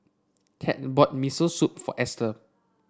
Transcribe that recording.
Ted bought Miso Soup for Estel